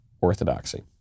orthodoxy